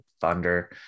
Thunder